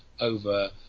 over